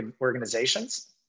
organizations